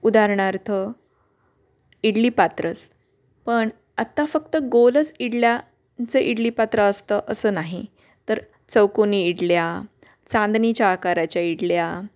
उदाहरणार्थ इडली पात्रच पण आत्ता फक्त गोलच इडल्यांचं इडली पात्र असतं असं नाही तर चौकोनी इडल्या चांदणीच्या आकाराच्या इडल्या